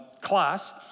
class